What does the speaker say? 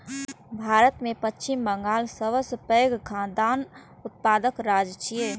भारत मे पश्चिम बंगाल सबसं पैघ खाद्यान्न उत्पादक राज्य छियै